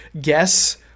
guess